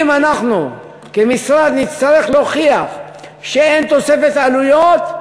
אם אנחנו כמשרד נצטרך להוכיח שאין תוספת עלויות,